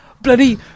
bloody